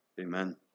amen